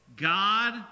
God